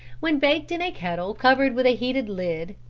when baked in a kettle covered with a heated lid,